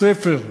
איש הספר,